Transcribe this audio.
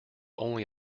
only